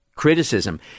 Criticism